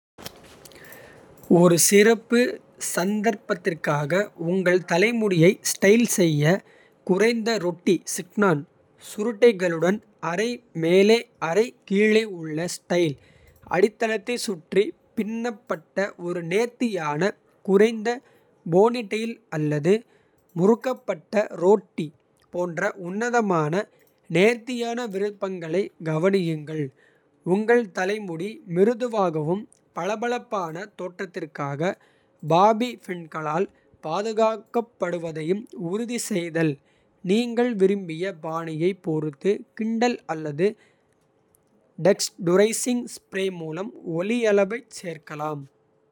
ஒரு சிறப்பு சந்தர்ப்பத்திற்காக உங்கள் தலைமுடியை. ஸ்டைல் ​​செய்ய குறைந்த ரொட்டி சிக்னான். சுருட்டைகளுடன் அரை-மேலே அரை கீழே உள்ள ஸ்டைல். அடித்தளத்தைச் சுற்றி பின்னப்பட்ட ஒரு நேர்த்தியான. குறைந்த போனிடெயில் அல்லது முறுக்கப்பட்ட ரொட்டி. போன்ற உன்னதமான நேர்த்தியான விருப்பங்களைக். கவனியுங்கள் உங்கள் தலைமுடி மிருதுவாகவும். பளபளப்பான தோற்றத்திற்காக பாபி பின்களால். பாதுகாக்கப்படுவதையும் உறுதி செய்தல் நீங்கள். விரும்பிய பாணியைப் பொறுத்து கிண்டல் அல்லது. டெக்ஸ்டுரைசிங் ஸ்ப்ரே மூலம் ஒலியளவைச் சேர்க்கலாம்.